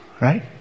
Right